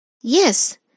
Yes